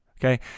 Okay